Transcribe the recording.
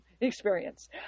experience